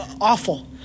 awful